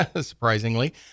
surprisingly